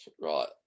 right